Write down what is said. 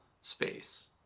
space